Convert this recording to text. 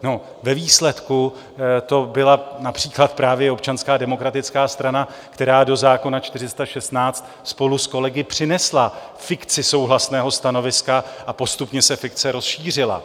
No, ve výsledku to byla například právě Občanská demokratická strana, která do zákona 416 spolu s kolegy přinesla fikci souhlasného stanoviska a postupně se fikce rozšířila.